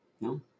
No